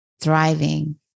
Thriving